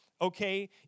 okay